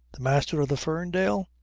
the master of the ferndale?